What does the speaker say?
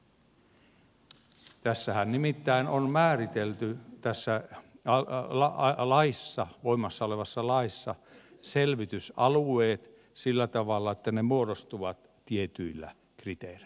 voimassa olevassa laissahan nimittäin on määritelty tässä alkaa olla aika laissa voimassa olevassa laissa selvitysalueet sillä tavalla että ne muodostuvat tietyillä kriteereillä